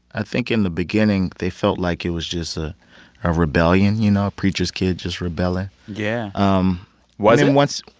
i think in the beginning, they felt like it was just ah a rebellion, you know? a preacher's kid just rebelling yeah um i mean, once.